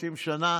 30 שנה